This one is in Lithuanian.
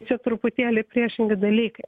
čia truputėlį priešingi dalykai